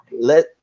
let